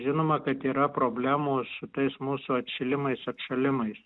žinoma kad yra problemų su tais mūsų atšilimais atšalimais